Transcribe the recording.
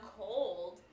cold